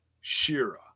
Shira